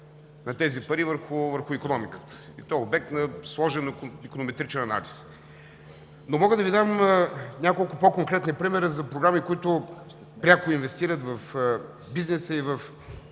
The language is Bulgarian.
на тези пари върху икономиката, и то е обект на сложен иконометричен анализ. Мога да Ви дам няколко по-конкретни примера за програми, които пряко инвестират в бизнеса и в